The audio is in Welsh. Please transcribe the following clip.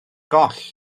goll